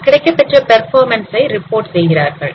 அதில் கிடைக்கப்பெற்ற பெர்ஃபார்மன்ஸ் ஐ ரிப்போர்ட் செய்கிறார்கள்